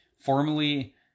formally